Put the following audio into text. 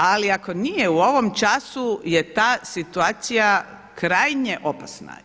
Ali ako nije u ovom času je ta situacija krajnje opasna.